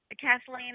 Kathleen